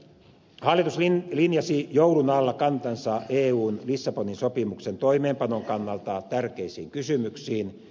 hallitus linjasi joulun alla kantansa eun lissabonin sopimuksen toimeenpanon kannalta tärkeisiin kysymyksiin